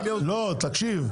לא תקשיב,